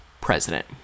president